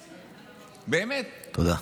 תודה.